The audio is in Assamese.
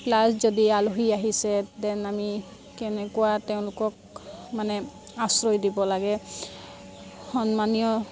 প্লাছ যদি আলহী আহিছে দ্যেন আমি কেনেকুৱা তেওঁলোকক মানে আশ্ৰয় দিব লাগে সন্মানীয়